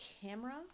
camera